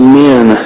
men